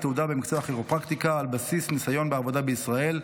תעודה במקצוע הכירופרקטיקה על בסיס ניסיון בעבודה בישראל,